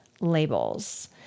labels